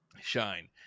shine